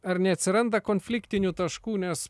ar neatsiranda konfliktinių taškų nes